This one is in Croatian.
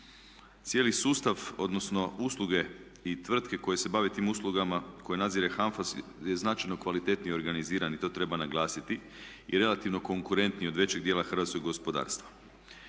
Cijeli sustav, odnosno usluge i tvrtke koje se bave tim uslugama koje nadzire HANFA je značajno kvalitetnije organiziran i to treba naglasiti i relativno konkurentniji od većeg dijela hrvatskog gospodarstva.